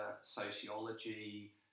sociology